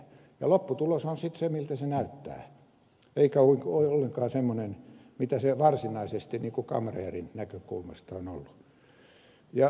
ja lopputulos on sitten se miltä se näyttää eikä ollenkaan semmoinen mitä se varsinaisesti ikään kuin kamreerin näkökulmasta on ollut